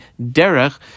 derech